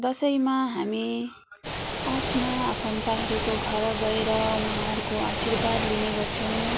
दसैँमा हामी आफ्ना आफन्तहरूको घर गएर उहाँहरूको आशीर्वाद लिने गर्छौँ